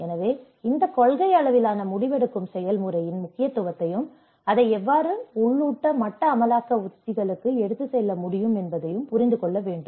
எனவே இந்த கொள்கை அளவிலான முடிவெடுக்கும் செயல்முறையின் முக்கியத்துவத்தையும் அதை எவ்வாறு உள்ளூர் மட்ட அமலாக்க உத்திகளுக்கு எடுத்துச் செல்ல முடியும் என்பதையும் புரிந்து கொள்ள வேண்டும்